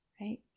Right